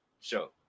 show